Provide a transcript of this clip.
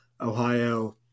Ohio